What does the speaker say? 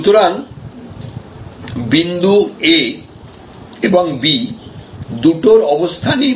সুতরাং বিন্দু A এবং B দুটোর অবস্থানই পরিবর্তনশীল